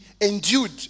endued